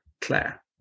Claire